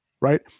right